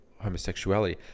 homosexuality